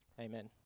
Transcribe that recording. Amen